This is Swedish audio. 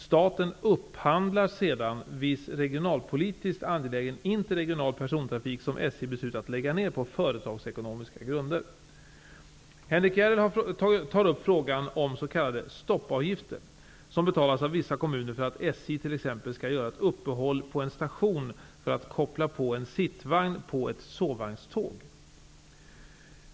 Staten upphandlar sedan viss regionalpolitiskt angelägen interregional persontrafik som SJ beslutat lägga ned på företagsekonomiska grunder. stoppavgifter, som betalas av vissa kommuner för att SJ skall göra ett uppehåll på en station för att koppla på en sittvagn på ett sovvagnståg.